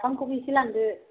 नाफामखौबो एसे लांदो